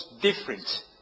different